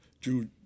drew